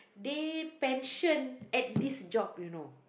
they pension at this job you know